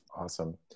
Awesome